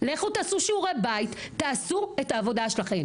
לכו תעשו שיעורי בית, תעשו את העבודה שלכם,